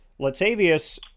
Latavius